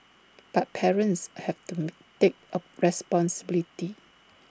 but parents have to take A responsibility